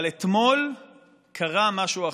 אבל אתמול קרה משהו אחר,